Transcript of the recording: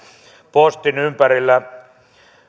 postin ympärillä